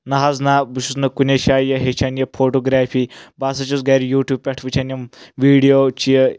نہ حظ نہ بہٕ چھُس نہٕ کُنے جاے یہِ ہیٚچھان یہِ فوٹوگرافی بہٕ ہسا چھُس گرِ یوٗٹوٗب پؠٹھ وٕچھان یِم ویٖڈیو چھِ